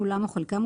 כולם או חלקם,